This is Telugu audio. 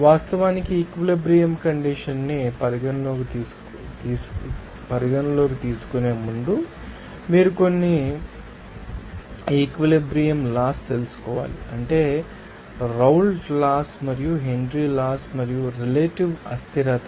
వాస్తవానికి ఈక్విలిబ్రియం కండిషన్స్ ని పరిగణలోకి తీసుకునే ముందు మీరు కొన్ని ఈక్విలిబ్రియం లాస్ తెలుసుకోవాలి అంటే రౌల్ట్ లాస్ మరియు హెన్రీ లాస్ మరియు రిలేటివ్ అస్థిరత